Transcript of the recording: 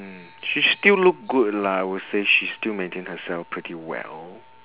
she still look good lah I would say she still maintain herself pretty well